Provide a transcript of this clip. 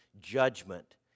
judgment